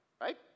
Right